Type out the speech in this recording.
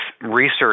research